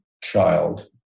child